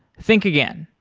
think again.